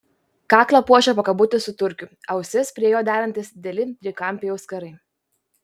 kaklą puošė pakabutis su turkiu ausis prie jo derantys dideli trikampiai auskarai